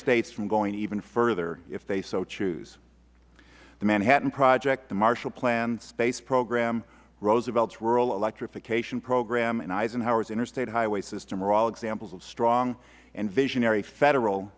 states from going even further if they so choose the manhattan project the marshall plan the space program roosevelt's rural electrification program and eisenhower's interstate highway system are all examples of strong and visionary federal